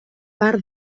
part